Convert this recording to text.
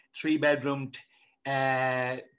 three-bedroomed